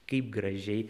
kaip gražiai